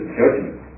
judgment